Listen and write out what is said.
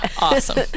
Awesome